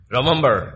Remember